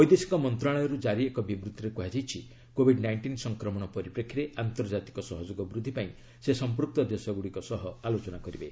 ବୈଦେଶିକ ମନ୍ତ୍ରଣାଳୟରୁ ଜାରି ଏକ ବିବୃତିରେ କୁହାଯାଇଛି କୋବିଡ ନାଇଣ୍ଟିନ୍ ସଂକ୍ରମଣ ପରିପ୍ରେକ୍ଷୀରେ ଆନ୍ତର୍ଜାତିକ ସହଯୋଗ ବୃଦ୍ଧି ପାଇଁ ସେ ସଂପୂକ୍ତ ଦେଶଗୁଡ଼ିକ ସହ ଆଲୋଚନା କରିବେ